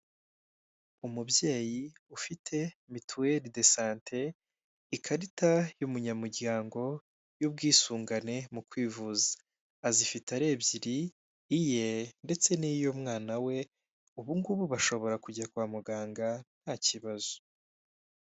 Umubyeyi ufite mituelle de sante, ikarita y'umunyamuryango y'ubwisungane mu kwivuza, azifite ari ebyiri, iye ndetse ni y'umwana we ubu ngubu bashobora kujya kwa muganga nta kibazo.